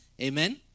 amen